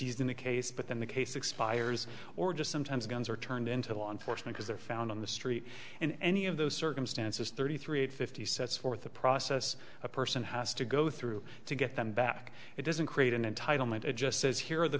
used in the case but then the case expires or just sometimes guns are turned into law enforcement as they're found on the street in any of those circumstances thirty three eight fifty sets forth a process a person has to go through to get them back it doesn't create an entitlement it just says here the